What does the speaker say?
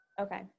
okay